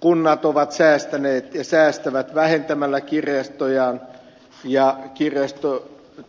kunnat ovat säästäneet ja säästävät vähentämällä kirjastojaan ja